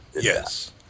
yes